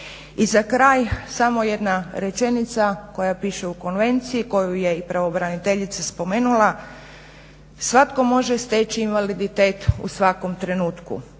I za kraj, samo jedna rečenica koja piše u konvenciju, koju je i pravobraniteljica spomenula: "Svatko može steći invaliditet u svakom trenutku."